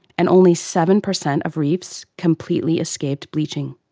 and only seven per cent of reefs completely escaped bleaching.